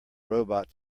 robot